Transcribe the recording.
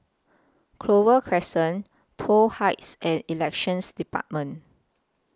Clover Crescent Toh Heights and Elections department